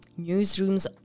newsrooms